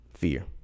Fear